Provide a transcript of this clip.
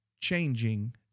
changing